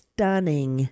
Stunning